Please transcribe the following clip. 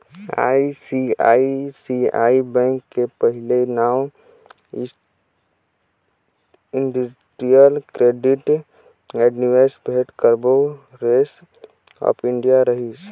ICICI bank के पहिले नांव इंडस्टिरियल क्रेडिट ऐंड निवेस भेंट कारबो रेसन आँफ इंडिया रहिस